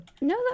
No